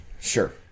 sure